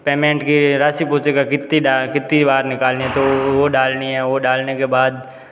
payment की राशि पूछेगा कितना कितनी बार निकलने है तो वो डालनी है वो डालने के बाद